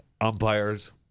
umpires